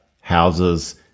houses